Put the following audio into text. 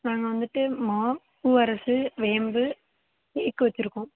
நாங்கள் வந்துட்டு மா பூவரசு வேம்பு தேக்கு வச்சுருக்கோம்